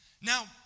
Now